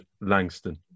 Langston